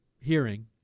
hearing